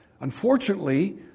Unfortunately